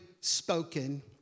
spoken